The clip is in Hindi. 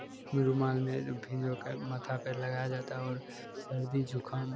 मि रुमाल में भिगोकर माथा पर लगाया जाता है और सर्दी जुकाम